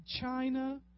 China